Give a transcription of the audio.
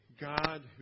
God